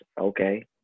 okay